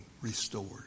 restored